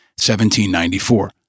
1794